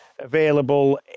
available